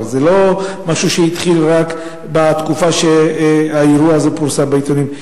זה לא משהו שהתחיל רק בתקופה שהאירוע הזה פורסם בעיתונים.